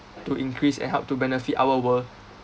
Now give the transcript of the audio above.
to increase and helped to benefit our world